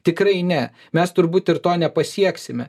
tikrai ne mes turbūt ir to nepasieksime